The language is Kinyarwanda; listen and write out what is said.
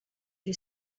iri